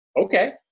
okay